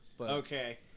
Okay